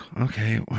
okay